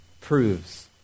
proves